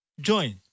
join